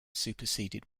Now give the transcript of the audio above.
superseded